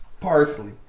Parsley